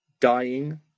dying